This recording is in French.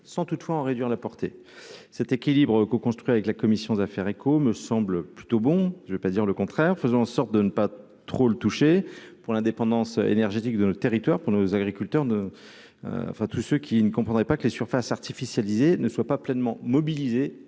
sans toutefois en réduire la portée, cet équilibre co-construit avec la commission faire écho me semble plutôt bon je vais pas dire le contraire, faisons en sorte de ne pas trop le toucher pour l'indépendance énergétique de notre territoire pour nos agriculteurs de, enfin tous ceux qui ne comprendraient pas que les surfaces artificialisées ne soit pas pleinement mobilisés